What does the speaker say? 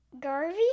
Garvey